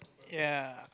ya